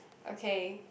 okay